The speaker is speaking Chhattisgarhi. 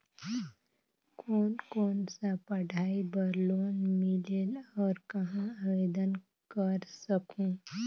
कोन कोन सा पढ़ाई बर लोन मिलेल और कहाँ आवेदन कर सकहुं?